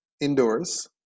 indoors